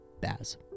Baz